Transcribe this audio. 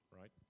right